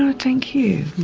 um thank you,